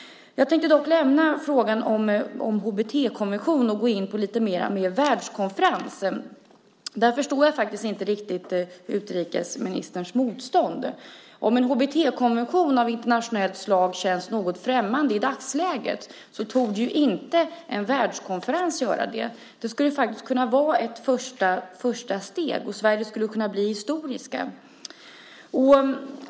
Jag tänker dock lämna frågan om en HBT-konvention och gå in lite mer på en världskonferens. Där förstår jag inte riktigt utrikesministerns motstånd. Om en HBT-konvention av internationellt slag känns något främmande i dagsläget torde en världskonferens inte göra det. Det skulle faktiskt kunna vara ett första steg, och Sverige skulle kunna bli historiskt.